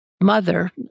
mother